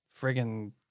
friggin